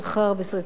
זה רק שנתיים?